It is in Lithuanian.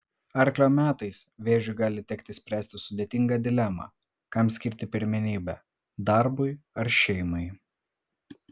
arklio metais vėžiui gali tekti spręsti sudėtingą dilemą kam skirti pirmenybę darbui ar šeimai